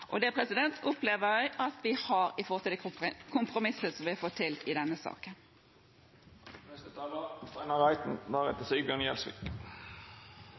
Det opplever jeg at vi har med det kompromisset som vi har fått til i denne saken.